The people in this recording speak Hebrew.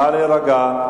נא להירגע.